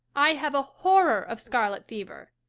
i have a horror of scarlet fever.